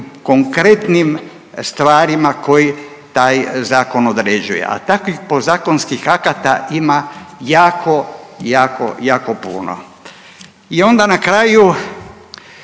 konkretnim stvarima koje taj zakon određuje, a takvih podzakonskih akata ima jako, jako, jako puno. I onda na kraju,